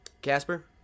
Casper